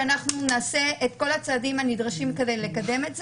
שאנחנו נעשה את כל הצעדים הנדרשים כדי לקדם את זה.